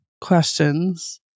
questions